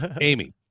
Amy